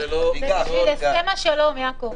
זה בנושא הסכם השלום, יעקב.